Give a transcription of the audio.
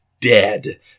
dead